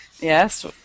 Yes